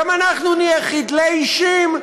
גם אנחנו נהיה חדלי אישים,